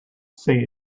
say